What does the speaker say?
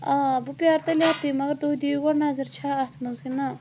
آ بہٕ پیارٕ تیٚلہِ ییٚتی مَگَر تُہۍ دِیِو گۄڈٕ نَظَر چھَ اتھ مَنٛز کِنہٕ نہَ